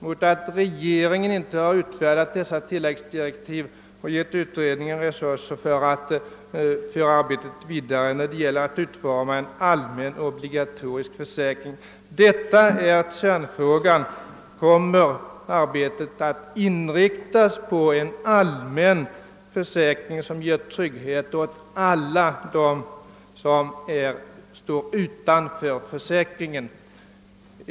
Den har inte utfärdat tilläggsdirektiv och givit utredningen resurser att föra arbetet vidare när det gäller utformandet av en allmän, obligatorisk försäkring. Kärnfrågan är denna: Kommer arbetet att inriktas på en allmän försäkring som ger trygghet åt alla dem som står utanför försäkringen?